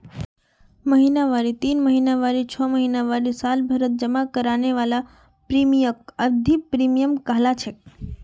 महिनावारी तीन महीनावारी छो महीनावारी सालभरत जमा कराल जाने वाला प्रीमियमक अवधिख प्रीमियम कहलाछेक